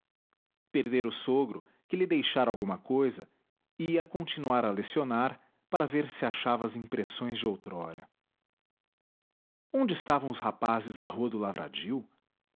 perdera o sogro que lhe deixara alguma cousa e ia continuar a lecionar para ver se achava as impressões de outrora onde estavam os rapazes da rua do lavradio